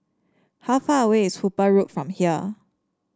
how far away is Hooper Road from here